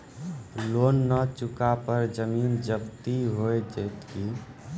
Loan न चुका पर जमीन जब्ती हो जैत की?